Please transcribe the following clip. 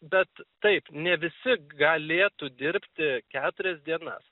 bet taip ne visi galėtų dirbti keturias dienas